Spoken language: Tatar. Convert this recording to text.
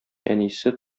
әнисе